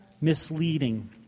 misleading